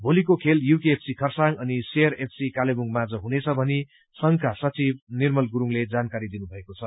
भोलिको खेल यूकेएफसी खरसाङ अनि शेयर एफसी कालेबुङमाझ हुनेछ भनी संघका सचिव निर्मल गुरुङले जानकारी दिनुभएको छ